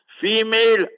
Female